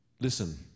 Listen